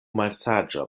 malsaĝa